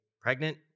pregnant